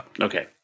Okay